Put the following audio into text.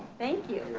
thank you.